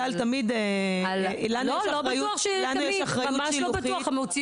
<< יור >> פנינה תמנו (יו"ר הוועדה לקידום מעמד האישה